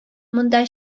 монда